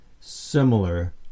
similar